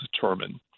determine